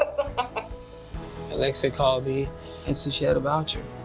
ah but olexia called me and said she had a voucher.